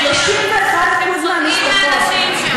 31% מהמשפחות,